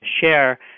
share